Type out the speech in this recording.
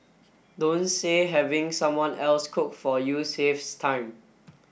don't say having someone else cook for you saves time